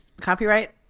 Copyright